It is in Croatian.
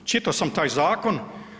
Čito sam taj zakon.